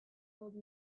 old